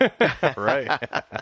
right